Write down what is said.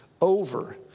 over